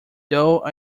though